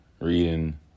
reading